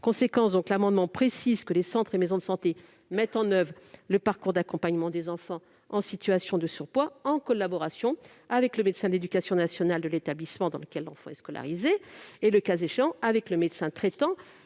conséquence, cet amendement tend à préciser que les centres et maisons de santé mettent en oeuvre le parcours d'accompagnement des enfants en situation de surpoids, en collaboration avec le médecin de l'éducation nationale de l'établissement dans lequel est scolarisé l'enfant et, le cas échéant, avec le médecin traitant